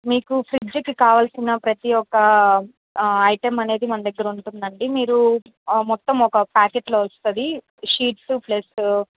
మీకు ఫ్రిడ్జ్కి కావాల్సిన ప్రతి ఒక్క ఐటమ్ అనేది మన దగ్గర ఉంటుందండీ మీరు మొత్తం ఒక ప్యాకెట్లో వస్తుంది షీట్సు ప్లస్